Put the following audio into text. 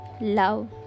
love